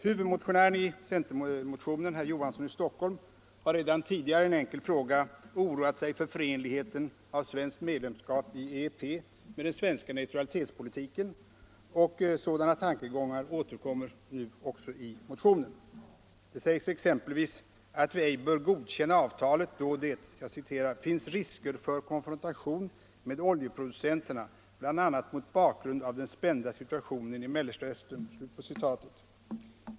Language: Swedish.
Huvudmotionären i centermotionen, herr Olof Johansson i Stockholm, har redan tidigare i en enkel fråga oroat sig för förenligheten av svenskt medlemskap i IEP med den svenska neutralitetspolitiken, och sådana tankegångar återkommer nu i motionen. Det sägs exempelvis att vi ej bör godkänna avtalet då det ”finns risker för konfrontation med oljeproducentländerna, bl.a. mot bakgrund av den spända situationen i Mellersta Östern”.